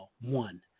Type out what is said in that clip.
one